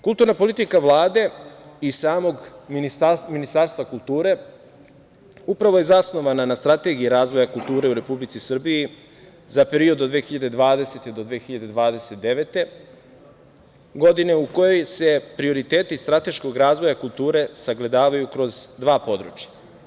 Kulturna politika Vlade i samog Ministarstva kulture upravo je zasnovana na Strategiji razvoja kulture u Republici Srbiji za period od 2020. do 2029. godine, u kojoj se prioriteti strateškog razvoja kulture sagledavaju kroz dva područja.